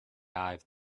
dive